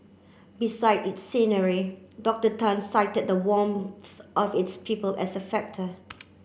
besides its scenery Dr Tan cited the warmth of its people as a factor